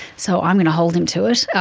so i'm going to hold him to it.